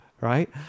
right